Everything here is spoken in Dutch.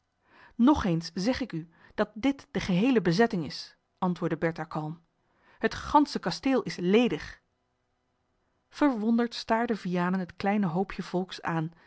nog eens zeg ik u dat dit de geheele bezetting is antwoordde bertha kalm het gansche kasteel is ledig verwonderd staarde vianen het kleine hoopje volks aan